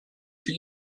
for